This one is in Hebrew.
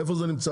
איפה זה נמצא?